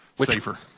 safer